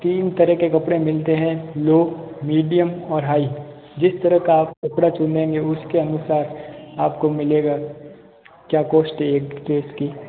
तीन तरह के कपडे़ मिलते हैं लो मीडियम और हाई जिस तरह का आप कपड़ा चुनेंगे उसके अनुसार आपको मिलेगा क्या कोस्ट है एक एक की